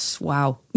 wow